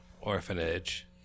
orphanage